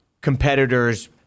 competitors